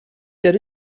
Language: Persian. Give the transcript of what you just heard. داره